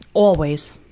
always.